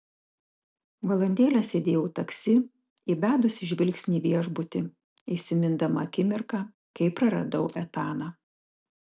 valandėlę sėdėjau taksi įbedusi žvilgsnį į viešbutį įsimindama akimirką kai praradau etaną